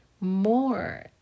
more